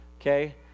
okay